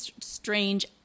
strange